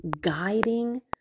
guiding